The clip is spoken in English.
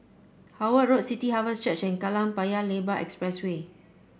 Howard Road City Harvest Church and Kallang Paya Lebar Expressway